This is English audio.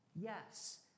yes